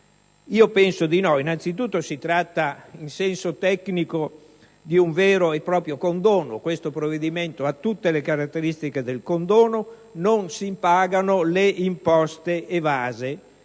Io penso di no. Innanzi tutto si tratta, in senso tecnico, di un vero e proprio condono. Questo provvedimento ha tutte le caratteristiche del condono perché permette di non pagare le imposte evase.